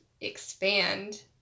expand